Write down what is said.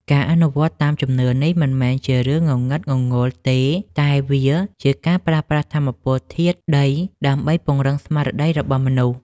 ការអនុវត្តតាមជំនឿនេះមិនមែនជារឿងងងឹតងងុលទេតែវាជាការប្រើប្រាស់ថាមពលធាតុដីដើម្បីពង្រឹងស្មារតីរបស់មនុស្ស។